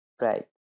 Right